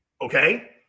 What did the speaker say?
Okay